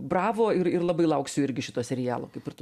bravo ir ir labai lauksiu irgi šito serialo kaip ir tu